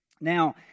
Now